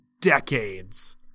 decades